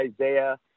Isaiah